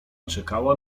czekała